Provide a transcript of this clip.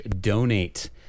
donate